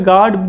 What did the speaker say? God